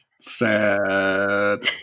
Sad